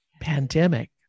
pandemic